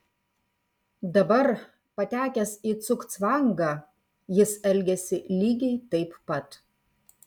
dabar patekęs į cugcvangą jis elgiasi lygiai taip pat